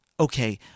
Okay